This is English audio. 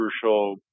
crucial